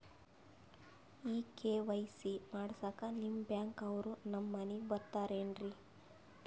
ಈ ಕೆ.ವೈ.ಸಿ ಮಾಡಸಕ್ಕ ನಿಮ ಬ್ಯಾಂಕ ಅವ್ರು ನಮ್ ಮನಿಗ ಬರತಾರೆನ್ರಿ?